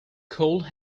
cold